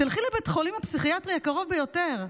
תלכי לבית החולים הפסיכיאטרי הקרוב ביותר.